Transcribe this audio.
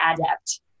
adept